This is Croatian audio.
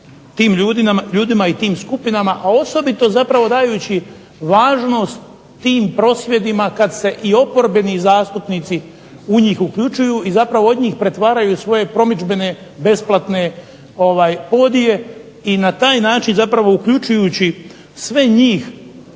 tim ljudima i tim skupinama, a osobito zapravo dajući važnost tim prosvjedima kad se i oporbeni zastupnici u njih uključuju i zapravo od njih pretvaraju svoje promidžbene besplatne podije i na taj način zapravo uključujući sve njih